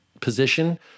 position